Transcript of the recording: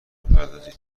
بپردازید